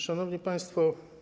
Szanowni Państwo!